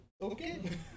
okay